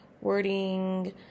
wording